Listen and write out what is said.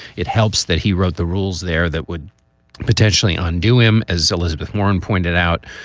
it helps that he wrote the rules there that would potentially undo him, as elizabeth warren pointed out.